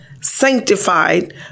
sanctified